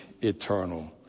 eternal